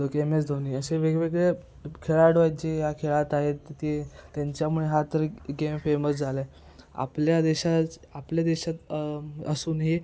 तो M S Dhoni असे वेगवेगळे खेळाडू आहेत जे ह्या खेळात आहेत तिथे त्यांच्यामुळे हा तर गेम फेमस झाला आहे आपल्या देशात आपल्या देशात असूनही